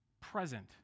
present